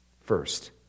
First